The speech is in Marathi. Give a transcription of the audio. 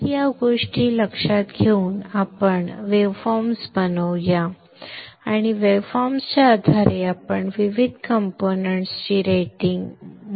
तर या गोष्टी लक्षात घेऊन आपण वेव्हफॉर्म्स बनवूया आणि वेव्हफॉर्म्सच्या आधारे आपण विविध कंपोनेंट्स ची रेटिंग मूल्ये वाचू शकतो